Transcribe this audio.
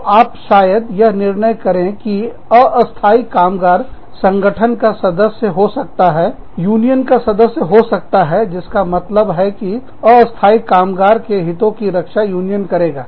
तो आप शायद यह निर्णय करें कि अस्थाई कामगार संगठन का सदस्य हो सकता है यूनियन का सदस्य हो सकता है जिसका मतलब है कि अस्थाई कामगार के हितों की रक्षा यूनियन करेगा